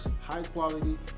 high-quality